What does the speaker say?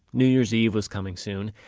new year's eve was coming soon,